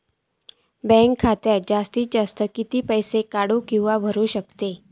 Bank खात्यात जास्तीत जास्त कितके पैसे काढू किव्हा भरू शकतो?